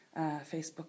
Facebook